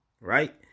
Right